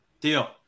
Deal